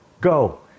go